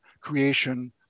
creation